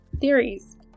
theories